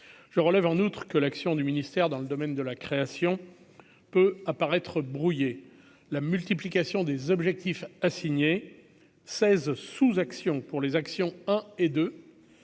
je relève en outre que l'action du ministère dans le domaine de la création peut apparaître brouillées, la multiplication des objectifs assignés 16 sous-actions pour les actions, hein,